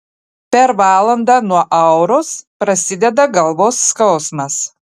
per valandą nuo auros prasideda galvos skausmas